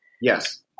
Yes